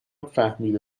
فهمیده